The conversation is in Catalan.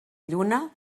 lluna